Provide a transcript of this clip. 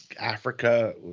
Africa